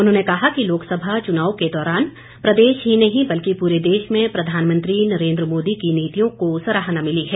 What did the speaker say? उन्होंने कहा कि लोकसभा चुनाव के दौरान प्रदेश ही नहीं बल्कि पूरे देश में प्रधानमंत्री नरेंद्र मोदी की नितियों को सराहना मिली है